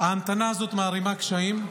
ההמתנה הזאת מערימה קשיים,